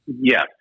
Yes